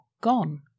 gone